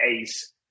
Ace